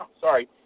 sorry